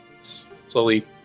slowly